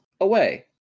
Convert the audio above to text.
away